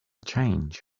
change